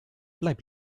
bleib